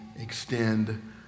extend